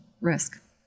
risk